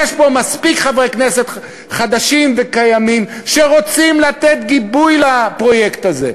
יש פה מספיק חברי כנסת חדשים וקיימים שרוצים לתת גיבוי לפרויקט הזה.